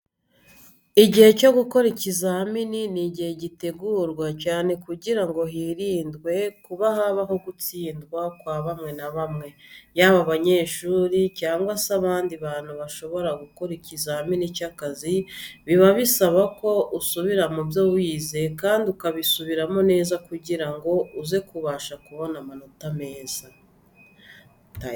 Igihe cyo gukora ibizamini ni igihe gitegurwa cyane kugira ngo hirindwe kuba habaho gutsindwa kwa bamwe na bamwe. Yaba abanyeshuri cyangwa se abandi bantu bashobora gukora ikizamini cy'akazi biba bisaba ko usubira mu byo wize kandi ukabisubiramo neza kugira ngo uze kubasha kubona amanota meza.